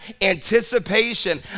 anticipation